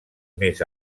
més